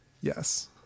Yes